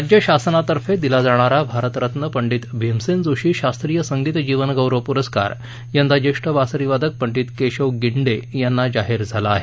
राज्य शासनातर्फे दिला जाणारा भारतरत्न पंडित भीमसेन जोशी शास्त्रीय संगीत जीवनगौरव पुरस्कार यंदा ज्येष्ठ बासरी वादक पंडित केशव गिंडे यांना जाहीर झाला आहे